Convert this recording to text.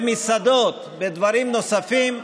במסעדות, בדברים נוספים,